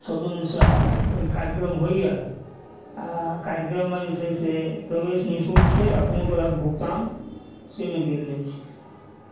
सौजन्यसँ आब ई कार्यक्रम होइए आओर कार्यक्रममे जे छै से प्रवेश निःशुल्क छै कोनो तरहक भुगतान से नहि देल जाइत छै